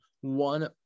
one